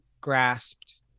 grasped